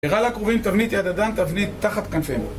וירא לכרבים תבנית יד אדם תבנית תחת כנפיהם